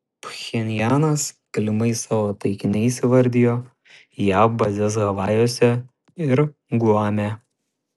pchenjanas galimais savo taikiniais įvardijo jav bazes havajuose ir guame